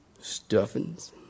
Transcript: stuffings